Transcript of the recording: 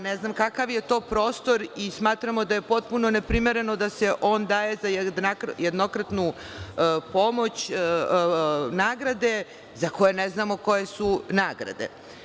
Ne znam kakav je to prostor i smatramo da je potpuno neprimereno da se on daje za jednokratnu pomoć, nagrade za koje ne znamo koje su nagrade.